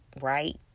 right